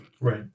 right